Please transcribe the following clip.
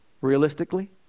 realistically